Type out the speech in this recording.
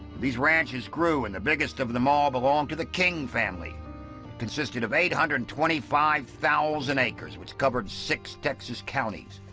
these ranches grew, and the biggest of them all belonged to the king family. it consisted of eight hundred and twenty five thousand acres, which covered six texas counties,